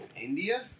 India